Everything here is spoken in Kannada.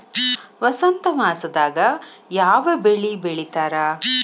ವಸಂತ ಮಾಸದಾಗ್ ಯಾವ ಬೆಳಿ ಬೆಳಿತಾರ?